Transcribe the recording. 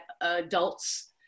adults